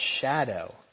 shadow